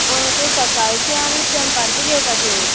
आं तें सकाळचें आनी दनपारच्यो घेवपाच्यो